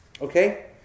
okay